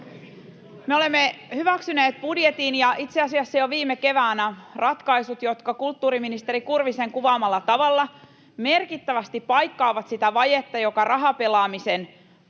Me olemme hyväksyneet budjetin ja itse asiassa jo viime keväänä ratkaisut, jotka kulttuuriministeri Kurvisen kuvaamalla tavalla merkittävästi paikkaavat sitä vajetta, joka rahapelaamisen